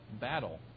battle